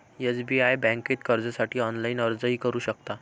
SBI बँकेत कर्जासाठी online अर्जही करू शकता